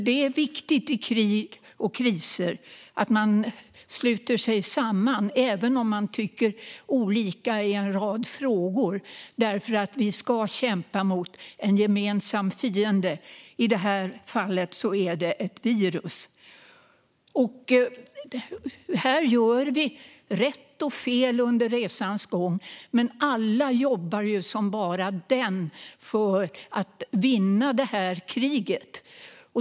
Det är viktigt i krig och kriser att man sluter sig samman även om man tycker olika i en rad frågor, för vi ska kämpa mot en gemensam fiende, i det här fallet ett virus. Vi gör rätt och fel här under resans gång, men alla jobbar som bara den för att vinna kriget.